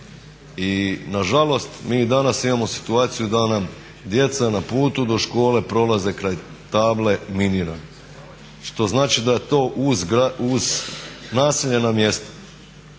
i nažalost mi i danas imamo situaciju da nam djeca na putu do škole prolaze kraj table minirano što znači da je to uz naseljena mjesta.